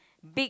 big